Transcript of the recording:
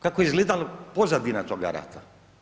Kako je izgledala pozadina toga rata.